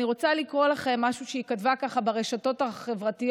אני רוצה לקרוא לכם משהו שהיא כתבה ברשתות החברתיות,